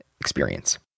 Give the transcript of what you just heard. experience